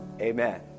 Amen